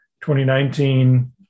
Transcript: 2019